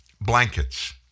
Blankets